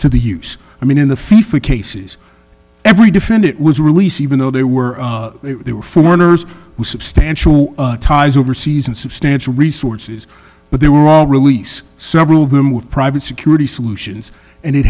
to the use i mean in the fee for cases every defendant was release even though they were they were foreigners who substantial ties overseas in substantial resources but they were all released several of them with private security solutions and it